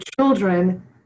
children